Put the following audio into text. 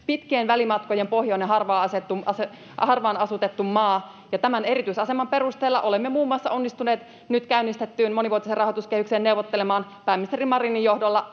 pitkien välimatkojen pohjoinen, harvaan asutettu maa, ja tämän erityisaseman perusteella olemme muun muassa onnistuneet nyt käynnistettyyn monivuotiseen rahoituskehykseen neuvottelemaan pääministeri Marinin johdolla